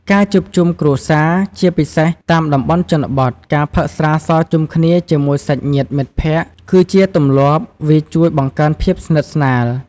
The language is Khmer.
ការជួបជុំគ្រួសារ ជាពិសេសតាមតំបន់ជនបទ ការផឹកស្រាសជុំគ្នាជាមួយសាច់ញាតិមិត្តភក្តិ គឺជាទម្លាប់ វាជួយបង្កើនភាពស្និទ្ធស្នាល។